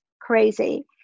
crazy